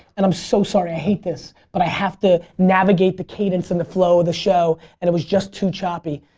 and i'm so sorry. i hate this but i have to navigate the cadence and the flow of the show and it was just too choppy.